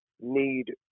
need